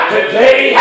Today